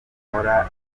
nkora